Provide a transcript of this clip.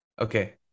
Okay